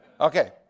Okay